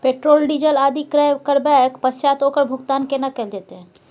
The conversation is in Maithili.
पेट्रोल, डीजल आदि क्रय करबैक पश्चात ओकर भुगतान केना कैल जेतै?